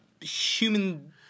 human